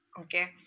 okay